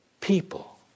people